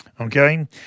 okay